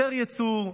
יותר יצוא,